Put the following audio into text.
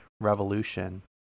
revolution